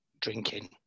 drinking